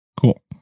Cool